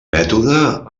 mètode